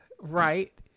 Right